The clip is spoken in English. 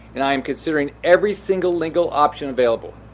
and i am considering every single legal option available.